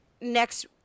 next